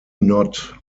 not